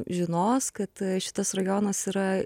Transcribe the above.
žinos kad šitas rajonas yra